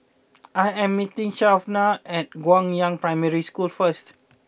I am meeting Shawnna at Guangyang Primary School first